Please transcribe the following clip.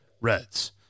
reds